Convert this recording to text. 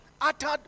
uttered